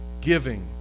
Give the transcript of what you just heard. Giving